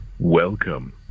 Welcome